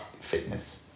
fitness